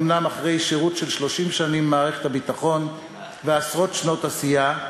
אומנם אחרי שירות של 30 שנים במערכת הביטחון ועשרות שנות עשייה,